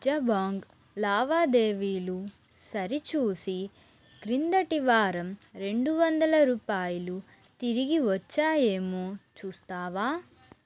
జబాంగ్ లావాదేవీలు సరిచూసి క్రిందటి వారం రెండువందల రూపాయలు తిరిగి వచ్చాయేమో చూస్తావా